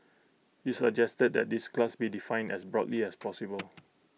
he suggested that this class be defined as broadly as possible